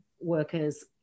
workers